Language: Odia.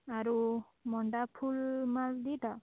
ଆରୁ ମଣ୍ଡା ଫୁଲ୍ ମାଳ ଦୁଇଟା